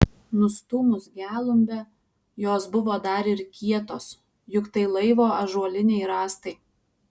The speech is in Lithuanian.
nustūmus gelumbę jos buvo dar ir kietos juk tai laivo ąžuoliniai rąstai